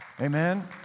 amen